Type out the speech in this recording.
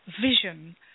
vision